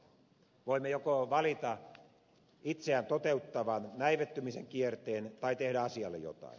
voimme joko valita itseään toteuttavan näivettymisen kierteen tai tehdä asialle jotain